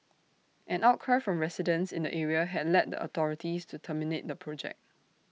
an outcry from residents in the area had led the authorities to terminate the project